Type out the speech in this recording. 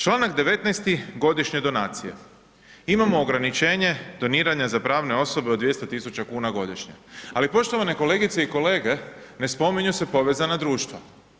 Čl. 19. godišnje donacije, imamo ograničenje doniranja za pravne osobe od 200.000,00 kn godišnje, ali poštovane kolegice i kolege, ne spominju se povezana društva.